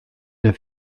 der